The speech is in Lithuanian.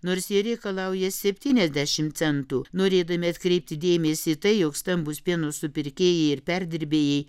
nors jie reikalauja septyniasdešimt centų norėdami atkreipti dėmesį į tai jog stambūs pieno supirkėjai ir perdirbėjai